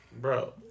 Bro